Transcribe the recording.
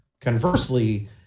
conversely